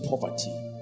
poverty